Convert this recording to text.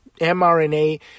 mrna